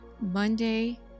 Monday